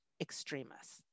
extremists